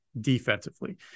defensively